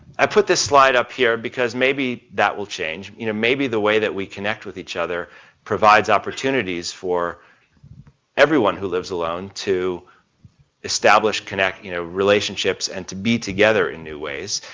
i put this slide up here because maybe that will change. you know maybe the way that we connect with each other provides opportunities for everyone who lives alone to establish connect, you know, relationships and to be together in new ways.